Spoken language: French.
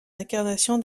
incarnation